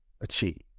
achieve